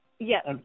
Yes